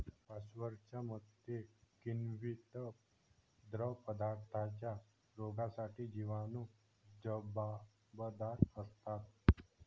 पाश्चरच्या मते, किण्वित द्रवपदार्थांच्या रोगांसाठी जिवाणू जबाबदार असतात